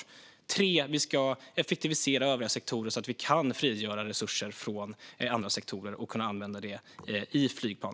För det tredje: Vi ska effektivisera övriga sektorer så att vi kan frigöra resurser från andra sektorer och använda dem i flygplan.